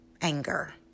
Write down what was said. anger